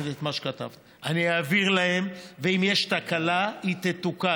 אני אעביר להם, ואם יש תקלה, היא תתוקן.